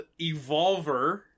evolver